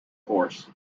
course